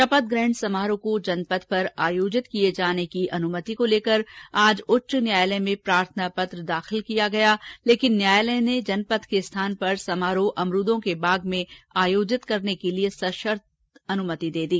शपथग्रहण समारोह को जनपथ पर किए आयोजित किए जाने की अनुमति को लेकर आज उच्च न्यायालय में प्रार्थना पत्र दाखिल किया गया लेकिन न्यायालय ने जनपथ के स्थान पर समारोह अमरूदों के बाग में आयोजित करने के लिए सशर्त अनुमति दी